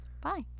bye